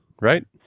Right